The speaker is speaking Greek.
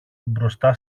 μπροστά